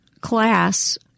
class